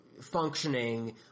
functioning